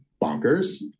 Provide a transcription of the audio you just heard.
bonkers